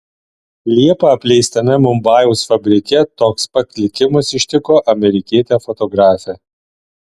liepą apleistame mumbajaus fabrike toks pat likimas ištiko amerikietę fotografę